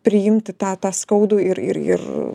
priimti tą tą skaudų ir ir ir